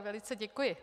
Velice děkuji.